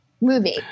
movie